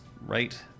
right